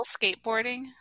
skateboarding